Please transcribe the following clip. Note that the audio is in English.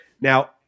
Now